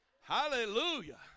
Hallelujah